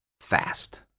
fast